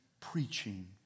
preaching